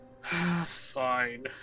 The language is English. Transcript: Fine